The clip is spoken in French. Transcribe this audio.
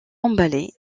emballé